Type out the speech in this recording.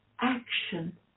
action